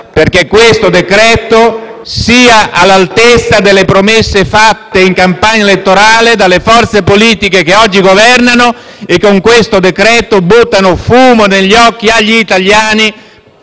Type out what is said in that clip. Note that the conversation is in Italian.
perché questo provvedimento sia all'altezza delle promesse fatte in campagna elettorale dalle forze politiche che oggi governano e con questo decreto buttano fumo negli occhi agli italiani,